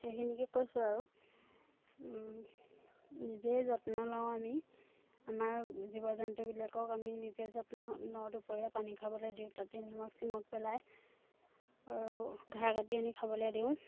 সেইখিনিকে কৈছোঁ আৰু নিজেই যত্ন লওঁ আমি আমাৰ জীৱ জন্তুবিলাকক আমি নিজে যত্ন লওঁ দুপৰীয়া পানী খাবলৈ দিওঁ তাতে নিমখ চিমখ পেলাই আৰু ঘাঁহ কাটি আনি খাবলৈ দিওঁ